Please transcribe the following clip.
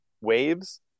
waves